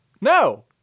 No